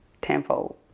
tenfold